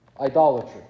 idolatry